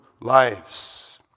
lives